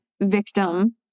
victim